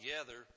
together